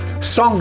Songs